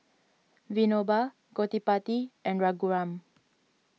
Vinoba Gottipati and Raghuram